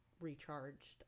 recharged